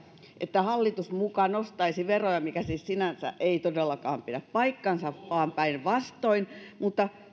että hallitus muka nostaisi veroja mikä siis sinänsä ei todellakaan pidä paikkaansa vaan päinvastoin mutta